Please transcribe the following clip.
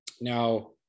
Now